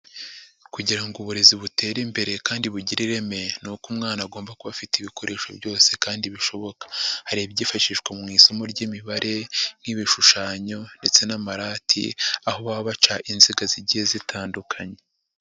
Kugira ngo uburezi butere imbere kandi bugire ireme ni uko umwana agomba kuba afite ibikoresho byose kandi bishoboka, hari ibyifashishwa mu isomo ry'imibare nk'ibishushanyo ndetse n'amarati aho baba baca inziga zigiye zitandukanye.